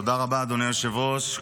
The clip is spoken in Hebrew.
תודה רבה, אדוני היושב-ראש.